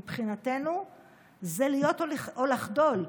מבחינתנו זה להיות או לחדול.